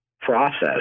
process